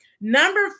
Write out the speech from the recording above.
Number